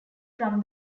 from